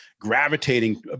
gravitating